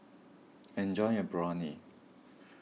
enjoy your Biryani